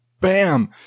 bam